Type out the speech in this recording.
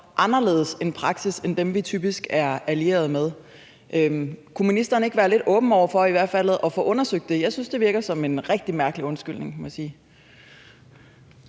anderledes en praksis end dem, vi typisk er allieret med. Kunne ministeren ikke være lidt åben over for i hvert fald at få det undersøgt? Jeg synes, det virker som en rigtig mærkelig undskyldning, må jeg sige.